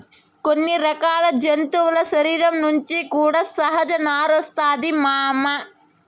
కొన్ని రకాల జంతువుల శరీరం నుంచి కూడా సహజ నారొస్తాది మామ